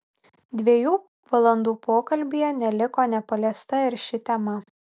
dviejų valandų pokalbyje neliko nepaliesta ir ši tema